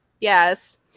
Yes